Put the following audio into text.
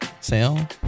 sale